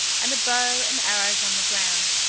and a bow and arrows on the ground,